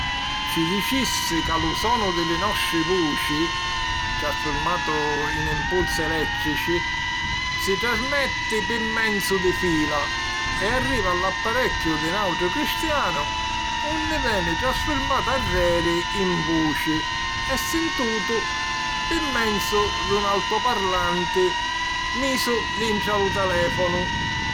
Ci dicissi ca lu sonu di li nostri vuci, trasfurmatu in impulsi elèttrici, si trasmetti pi menzu di fila e arriva a l'apparecchiu di nàutru cristianu unni veni trasfurmatu arreri in vuci e sintutu pi menzu d'un altoparlanti misu dintra lu teléfonu.